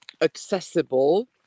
accessible